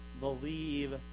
believe